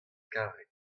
karet